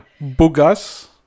bugas